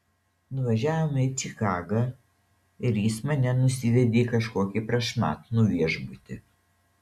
nuvažiavome į čikagą ir jis mane nusivedė į kažkokį prašmatnų viešbutį